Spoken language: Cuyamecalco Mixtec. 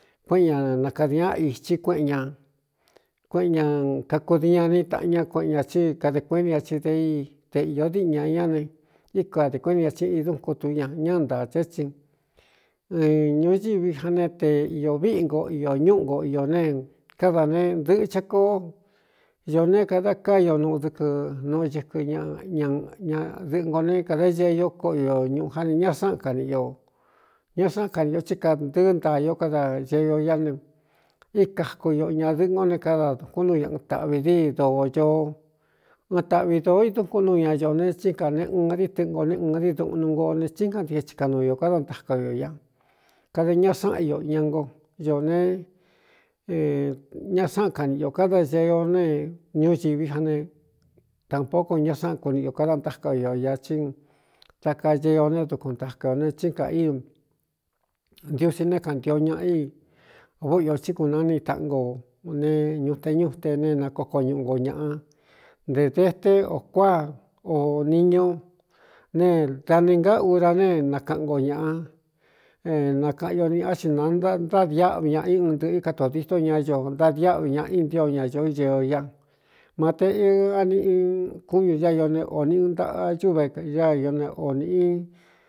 Kueꞌen ña nakadiá īchí kueꞌen ñā kueꞌen ñā kakudi ña iní tāꞌan ña kueꞌen ñā tsí kade kuini ña ti de i te īō díꞌi ñā ñá ne íkade kuini ña tsí i dúnkun tu ña ñá ntaā té tsin ɨ ñuñivi ja ne te īō víꞌi nko iō ñúꞌu nko iō ne kádā ne ndɨ̄ꞌɨ chá koó ño ne kada ká io nuu dɨkɨ nuꞌu ñɨkɨ ñaꞌ ña ña dɨꞌɨn go ne kada ñee ió koꞌo iō ñuꞌu jáne ña sáꞌan kaniꞌ ō ñá sáꞌan kani ō tsí kantɨɨ ntaā io kada ñee io ñá ne ikaku o ñādɨ̄ꞌɨn go ne kadadukún nu ñaꞌɨn tāꞌvi díi doo ñoo ɨɨn taꞌvi dōo i dukún nuu ña ño ne tsín kā ne un di tɨꞌɨn go ne uɨn din duꞌnu ngo ne tsín kantie thikan nuu ñō káda ntaka o ō ña kada ñá sáꞌan io iña no ño ne ña sáꞌan kaniꞌi ō kada ñee ño nee ñuñivi ane tānpáó ko ña sáꞌan kuniꞌ ō kada ntáka o ō ña chí ta kaa ñee o ne dukun ntaka ō ne tsín ka ii ntiusi né kāntio ñaꞌa i váꞌo ō tsí kūnani taꞌn go o ne ñuꞌte ñute ne nakoko ñuꞌu nko ñāꞌa ntē dete ō kuáꞌa o niñu ne da ni ngá ura ne nakaꞌan nko ñāꞌa nakaꞌan ño niꞌá xi nantádiáꞌu ñaꞌa i un ntɨꞌɨ́ katōdító ña ño ntádiáꞌu ñaꞌa i ntío ñañó ñee o ia mate aniꞌ kúñū ñá io ne ō niꞌu ntaꞌa ñúve á o ne ō nīꞌi.